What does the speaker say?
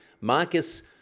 Marcus